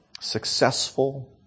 successful